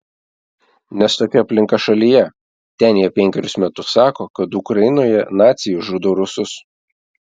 nes tokia aplinka šalyje ten jie penkerius metus sako kad ukrainoje naciai žudo rusus